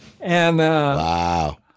Wow